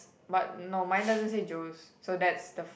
but no mine doesn't say Joe's so that's the